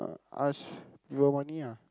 uh ask you got money ah